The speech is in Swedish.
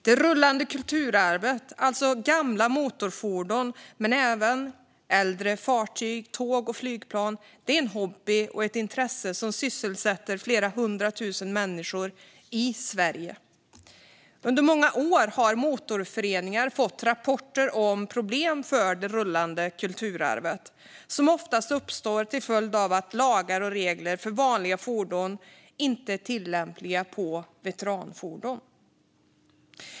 Det rullandet kulturarvet, gamla motorfordon men även äldre fartyg, tåg och flygplan, är en hobby och ett intresse som sysselsätter flera hundra tusen människor i Sverige. Under många år har motorföreningar fått rapporter om problem för det rullande kulturarvet som oftast uppstår till följd av att lagar och regler för vanliga fordon inte är tillämpliga på veteranfordon.